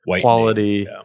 quality